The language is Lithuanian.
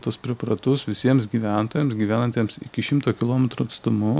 tuos preparatus visiems gyventojams gyvenantiems iki šimto kilometrų atstumu